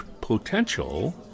potential